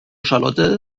charlotte